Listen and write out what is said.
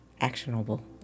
actionable